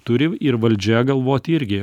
turim ir valdžia galvot irgi